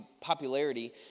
popularity